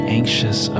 anxious